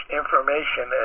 information